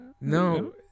No